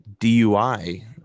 DUI